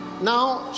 Now